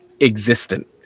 existent